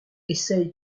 essaye